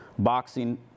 boxing